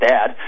Dad